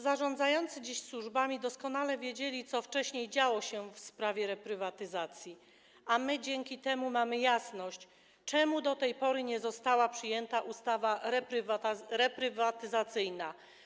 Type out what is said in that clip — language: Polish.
Zarządzający dziś służbami doskonale wiedzieli, co wcześniej działo się w sprawie reprywatyzacji, a my dzięki temu mamy jasność, czemu do tej pory nie została przyjęta ustawa reprywatyzacyjna.